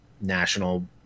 national